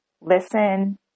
listen